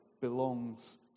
belongs